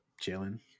Chilling